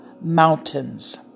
mountains